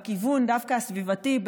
דווקא בכיוון הסביבתי,